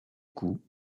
coup